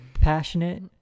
passionate